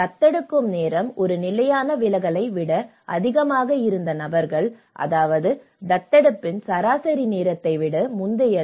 தத்தெடுக்கும் நேரம் ஒரு நிலையான விலகலை விட அதிகமாக இருந்த நபர்கள் அதாவது தத்தெடுப்பின் சராசரி நேரத்தை விட முந்தையது